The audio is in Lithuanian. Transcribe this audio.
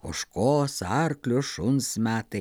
ožkos arklio šuns metai